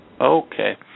Okay